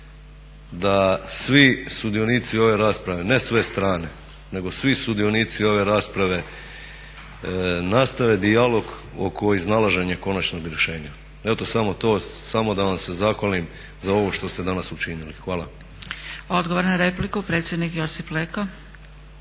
da svi sudionici ove rasprave, ne sve strane, nego svi sudionici ove rasprave nastave dijalog oko konačnog rješenja. Eto samo to samo da vam se zahvalim za ovo što ste danas učinili. Hvala. **Zgrebec, Dragica (SDP)** Odgovor na repliku predsjednik Josip Leko.